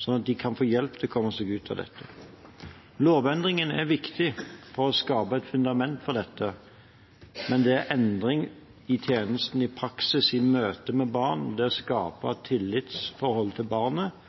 slik at de kan få hjelp til å komme seg ut av dette. Lovendringen er viktig for å skape et fundament for dette, men det er endring i tjenesten i praksis i møte med barn, det å skape tillitsforhold til barnet